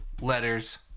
letters